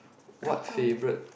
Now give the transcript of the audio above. what favourite